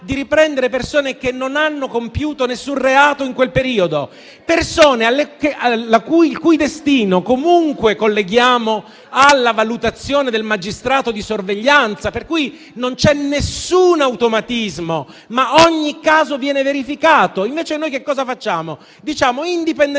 di riprendere persone che non hanno compiuto alcun reato in quel periodo? Persone il cui destino comunque colleghiamo alla valutazione del magistrato di sorveglianza. Non c'è alcun automatismo, ma ogni caso viene verificato. Invece noi che cosa facciamo? Indipendentemente